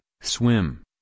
swim